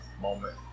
moment